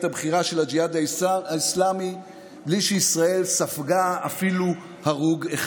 הבכירה של הג'יהאד האסלאמי בלי שישראל ספגה אפילו הרוג אחד.